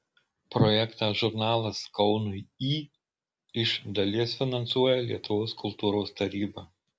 projektą žurnalas kaunui į iš dalies finansuoja lietuvos kultūros taryba